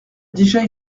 déjà